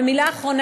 ומילה אחרונה,